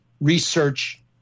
Research